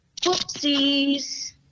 Whoopsies